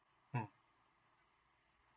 mm